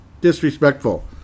Disrespectful